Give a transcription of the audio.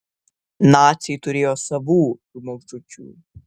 naciai turėjo savų žmogžudžių